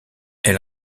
elle